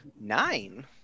Nine